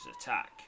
attack